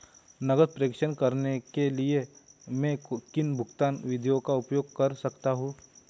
नकद प्रेषण करने के लिए मैं किन भुगतान विधियों का उपयोग कर सकता हूँ?